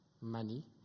money